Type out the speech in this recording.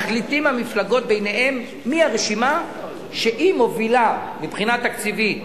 מחליטות המפלגות ביניהן מי הרשימה שהיא מובילה מבחינה תקציבית